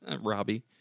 Robbie